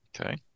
Okay